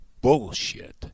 bullshit